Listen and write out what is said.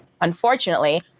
Unfortunately